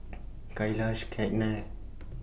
Kailash Ketna